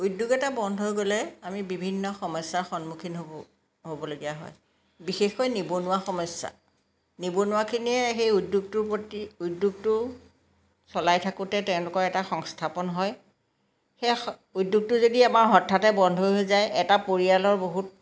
উদ্যোগ এটা বন্ধ হৈ গ'লে আমি বিভিন্ন সমস্যাৰ সন্মুখীন হ'ব হ'বলগীয়া হয় বিশেষকৈ নিবনুৱা সমস্যা নিবনুৱাখিনিয়ে সেই উদ্যোগটোৰ প্ৰতি উদ্যোগটো চলাই থাকোঁতে তেওঁলোকৰ এটা সংস্থাপন হয় সেই উদ্যোগটো যদি আমাৰ হঠাতে বন্ধ হৈ যায় এটা পৰিয়ালৰ বহুত